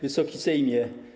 Wysoki Sejmie!